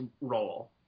roll